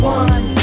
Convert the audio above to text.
one